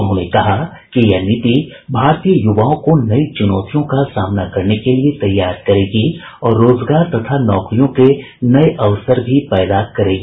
उन्होंने कहा है कि यह नीति भारतीय युवाओं को नई चुनौतियों का सामना करने के लिए तैयार करेगी और रोजगार तथा नौकरियों के नए अवसर भी पैदा करेगी